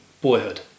boyhood